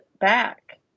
back